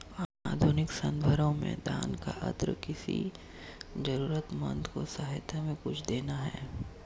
आधुनिक सन्दर्भों में दान का अर्थ किसी जरूरतमन्द को सहायता में कुछ देना है